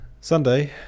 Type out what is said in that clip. Sunday